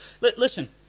Listen